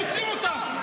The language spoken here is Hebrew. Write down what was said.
תוציא אותם.